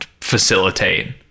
facilitate